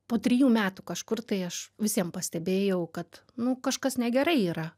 po trijų metų kažkur tai aš visiem pastebėjau kad nu kažkas negerai yra